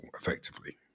effectively